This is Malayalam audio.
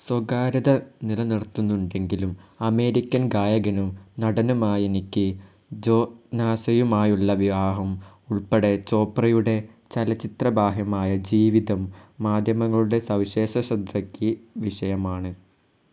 സ്വകാര്യത നിലനിർത്തുന്നുണ്ടെങ്കിലും അമേരിക്കൻ ഗായകനും നടനുമായ നിക്ക് ജോനാസുമായുള്ള വിവാഹം ഉൾപ്പെടെ ചോപ്രയുടെ ചലച്ചിത്ര ബാഹ്യമായ ജീവിതം മാധ്യമങ്ങളുടെ സവിശേഷ ശ്രദ്ധയ്ക്ക് വിഷയമാണ്